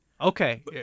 Okay